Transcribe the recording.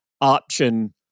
option